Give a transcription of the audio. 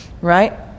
right